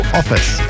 office